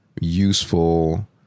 useful